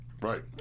Right